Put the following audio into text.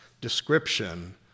description